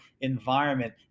environment